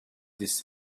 this